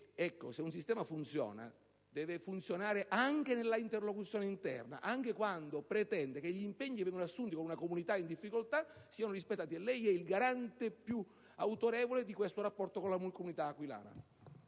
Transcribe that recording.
Perché, se un sistema funziona, deve funzionare anche nella interlocuzione interna, anche quando pretende che gli impegni assunti con una comunità in difficoltà siano rispettati. E lei è il garante più autorevole di questo rapporto con la comunità aquilana.